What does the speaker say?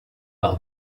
par